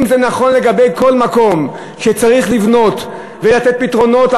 אם זה נכון לגבי כל מקום שצריך לבנות בו ולתת פתרונות,